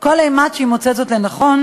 כל אימת שהיא מוצאת זאת לנכון,